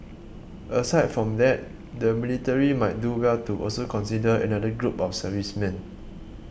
aside from that the military might do well to also consider another group of servicemen